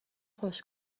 خوش